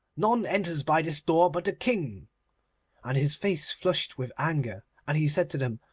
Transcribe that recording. none enters by this door but the king and his face flushed with anger, and he said to them,